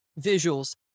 visuals